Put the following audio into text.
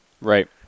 Right